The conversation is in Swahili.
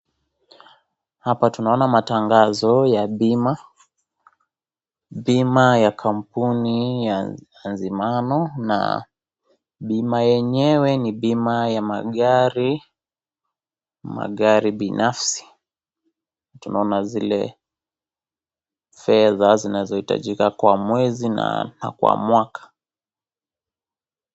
Hapa tunaona matangazo ya bima, bima ya kampungi ya Anziano, na bima yenyewe ni bima ya magari, magari binafi. Tunaona zile fedha zinazo hitajika kwa mwezi na kwa mwaka.